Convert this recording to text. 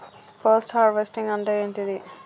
Post harvesting అంటే ఏంటిది?